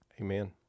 Amen